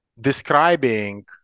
describing